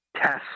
test